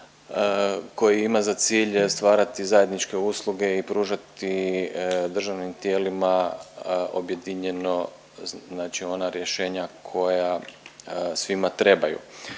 koji ima za cilj stvarati zajedničke usluge i pružati državnim tijelima objedinjeno, znači ona rješenja koja svima trebaju.